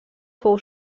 fou